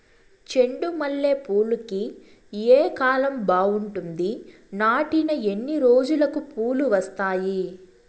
చెండు మల్లె పూలుకి ఏ కాలం బావుంటుంది? నాటిన ఎన్ని రోజులకు పూలు వస్తాయి?